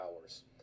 hours